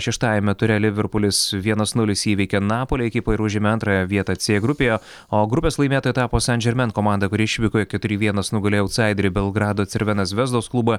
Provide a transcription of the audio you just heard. šeštajame ture liverpulis vienas nulis įveikė napole ekipą ir užėmė antrąją vietą cė grupėje o grupės laimėtoja tapo san žermen komanda kuri išvykoje keturi vienas nugalėjo autsaiderį belgrado cervena zvezos klubą